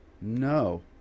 no